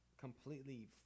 completely